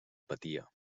patia